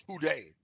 today